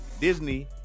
Disney